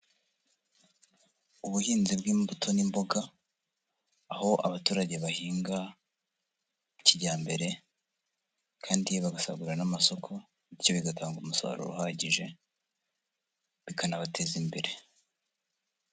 Ubuhinzi bw'imbuto n'imboga aho abaturage bahinga kijyambere kandi bagasagurira n'amasoko, bityo bigatanga umusaruro uhagije bikanabateza imbere.